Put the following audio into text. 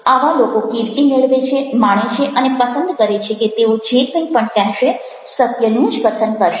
આવા લોકો કીર્તિ મેળવે છે માણે છે અને પસંદ કરે છે કે તેઓ જે કંઈ પણ કહેશે સત્યનું જ કથન કરશે